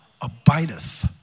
abideth